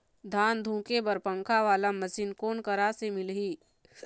धान धुके बर पंखा वाला मशीन कोन करा से मिलही?